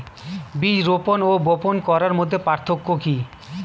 বীজ রোপন ও বপন করার মধ্যে পার্থক্য কি?